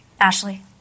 Ashley